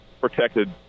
protected –